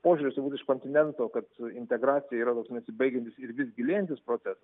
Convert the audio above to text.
požiūris iš kontinento kad integracija yra toks nesibaigiantis ir vis gilėjantis procesas